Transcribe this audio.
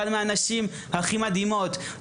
אחת מהנשים הכי מדהימות.